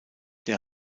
der